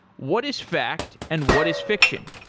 what is fact and what is fiction?